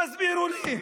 תסבירו לי.